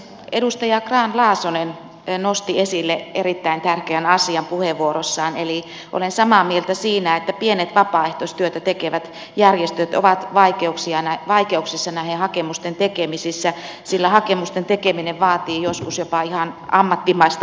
edustaja grahn laasonen nosti esille erittäin tärkeän asian puheenvuorossaan eli olen samaa mieltä siinä että pienet vapaaehtoistyötä tekevät järjestöt ovat vaikeuksissa näiden hakemusten tekemisissä sillä hakemusten tekeminen vaatii joskus jopa ihan ammattimaista osaamista